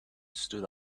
stood